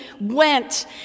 went